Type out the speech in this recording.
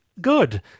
good